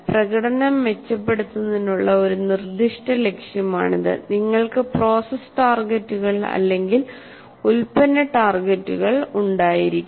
പ്രകടനം മെച്ചപ്പെടുത്തുന്നതിനുള്ള ഒരു നിർദ്ദിഷ്ട ലക്ഷ്യമാണിത് നിങ്ങൾക്ക് പ്രോസസ്സ് ടാർഗെറ്റുകൾ അല്ലെങ്കിൽ ഉൽപ്പന്ന ടാർഗെറ്റുകൾ ഉണ്ടായിരിക്കാം